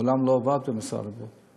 מעולם לא עבד במשרד הבריאות.